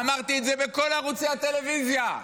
אמרתי את זה בכל ערוצי הטלוויזיה,